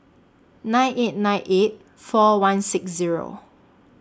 nine eight nine eight four one six Zero